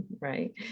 right